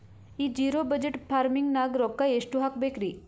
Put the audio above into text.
ಈ zero budget farming ನಾಗ್ ರೊಕ್ಕ ಎಷ್ಟು ಹಾಕಬೇಕರಿ?